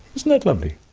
isn't that lovely?